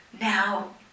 Now